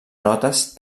notes